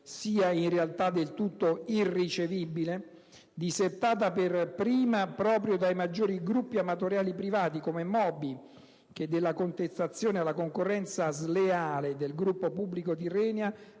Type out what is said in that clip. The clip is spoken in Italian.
sia in realtà del tutto irricevibile? Disertata per prima proprio dai maggiori gruppi armatoriali privati, come Moby (che della contestazione alla concorrenza sleale del gruppo pubblico Tirrenia